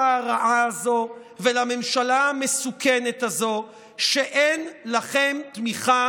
הרעה הזו ולממשלה המסוכנת הזו: אין לכם תמיכה